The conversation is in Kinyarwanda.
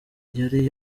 yari